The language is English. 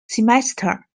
semester